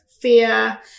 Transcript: fear